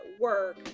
work